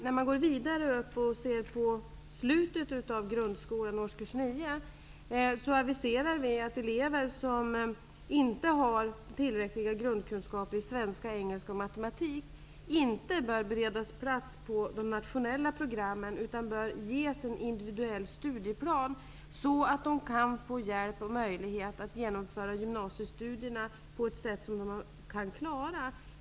När man går vidare och ser på slutet av grundskolan, dvs. årskurs nio, aviserar vi att elever som inte har tillräckliga grundkunskaper i svenska, engelska och matematik inte bör beredas plats på de nationella programmen, utan de bör ges en individuell studieplan, så att de kan få hjälp och möjlighet att genomföra gymnasiestudierna på ett sätt som de kan klara av.